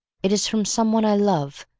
it is from some one i love,